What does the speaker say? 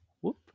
Whoop